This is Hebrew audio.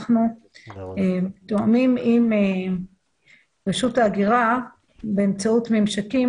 אנחנו טוענים עם רשות ההגירה באמצעות ממשקים